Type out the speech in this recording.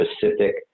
specific